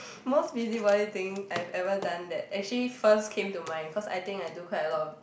most busybody thing I've ever done that actually first came to mind cause I think I do quite a lot